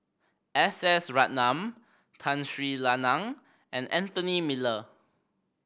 S S Ratnam Tun Sri Lanang and Anthony Miller